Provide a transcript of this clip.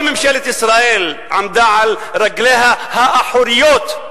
כל ממשלת ישראל עמדה על רגליה האחוריות.